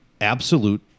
absolute